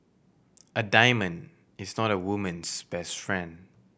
a diamond is not a woman's best friend